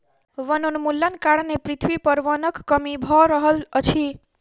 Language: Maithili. वनोन्मूलनक कारणें पृथ्वी पर वनक कमी भअ रहल अछि